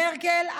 מרקל,